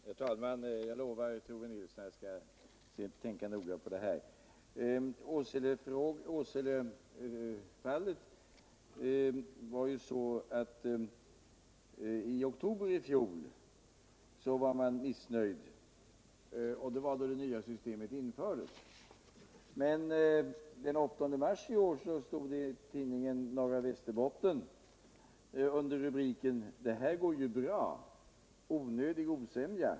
Herr talman! Jag lovar Tore Nilsson att jag skall tänka noga på detta. Beträlfande Åseletfaller är det så avt i oktober i fjöl var man missnöjd. Det var då det nya systemet infördes. Men den 8 mars i år stod det i en artikel i tuidningen Norra Västerbotten, som hade rubriken Det här går ju bra - Onödig osämja.